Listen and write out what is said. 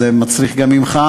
אז זה מצריך גם ממך,